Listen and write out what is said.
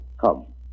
come